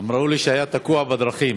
אמרו לי שהיה תקוע בדרכים.